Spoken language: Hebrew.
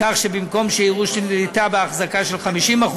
כך שבמקום שיראו שליטה בהחזקה של 50%,